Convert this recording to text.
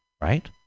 right